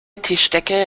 tischdecke